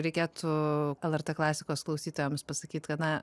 reikėtų lrt klasikos klausytojams pasakyt gana